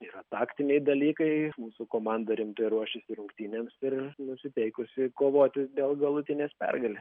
yra taktiniai dalykai mūsų komanda rimtai ruošiasi rungtynėms ir nusiteikusi kovoti dėl galutinės pergalė